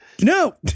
No